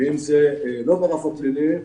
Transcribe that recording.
ואם זה לא ברף הפלילי,